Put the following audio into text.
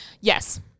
Yes